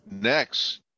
next